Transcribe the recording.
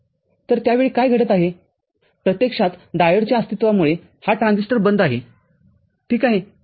तर त्या वेळी काय घडत आहे प्रत्यक्षात डायोडच्या अस्तित्वामुळे हा ट्रान्झिस्टरबंद आहे ठीक आहे